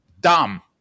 dumb